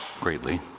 greatly